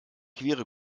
quere